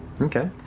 Okay